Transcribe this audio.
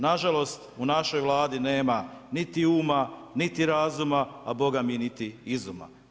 Nažalost, u našoj Vladi nema niti uma niti razuma, a bogami niti izuma.